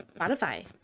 Spotify